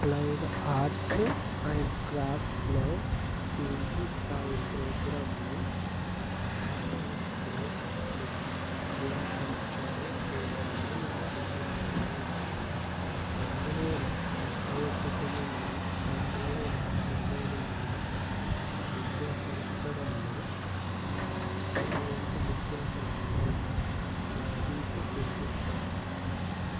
applied arts and క్రాఫ్ట్స్లో PG స్థాయి ప్రోగ్రాంలు అందించే విద్యా సంస్థలో చేరాలి అనుకుంటున్నాను రెండు వేల ఇరవై ఒకటి నుండి రెండు వేల ఇరవై రెండు విద్యా సంవత్సరంలో అటు అటువంటి విద్యా సంస్థల జాబితా చూపిస్తావా